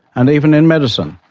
and even in medicine,